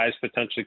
potentially